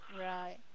Right